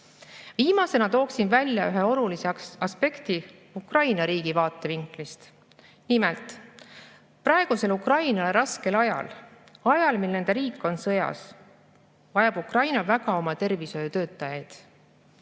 toetavad. Viimasena tooksin välja ühe olulise aspekti Ukraina riigi vaatevinklist. Nimelt, praegusel Ukrainale raskel ajal, ajal, mil nende riik on sõjas, vajab Ukraina väga oma tervishoiutöötajaid,